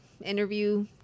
interview